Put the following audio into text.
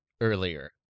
earlier